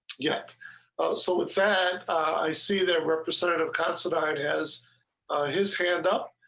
yet so a fad i see that representative council ah as his hand up.